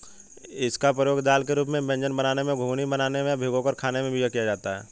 इसका प्रयोग दाल के रूप में व्यंजन बनाने में, घुघनी बनाने में या भिगोकर खाने में भी किया जाता है